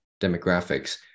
demographics